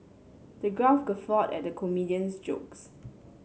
the crowd guffawed at the comedian's jokes